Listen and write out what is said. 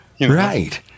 right